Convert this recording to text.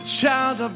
child